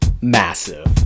massive